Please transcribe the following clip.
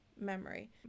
memory